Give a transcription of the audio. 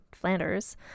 flanders